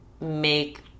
make